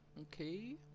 okay